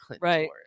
right